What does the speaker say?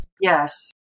Yes